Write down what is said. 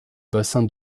bassin